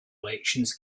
elections